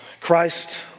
Christ